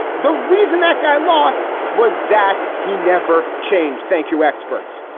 the reason that guy lost was that he never changed. thank you, experts.